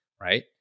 Right